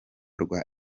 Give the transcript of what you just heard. rwa